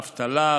אבטלה,